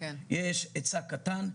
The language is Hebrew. יש היצע קטן,